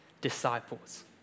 disciples